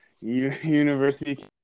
university